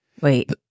Wait